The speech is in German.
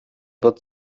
wird